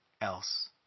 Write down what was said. else